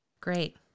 Great